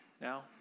now